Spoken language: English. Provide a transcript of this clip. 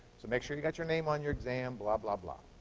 so make sure you got your name on your exam, blah, blah, blah.